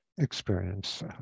experience